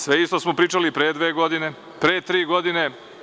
Sve isto smo pričali pre dve godine, pre tri godine.